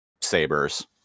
sabers